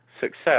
success